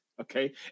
okay